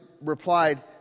replied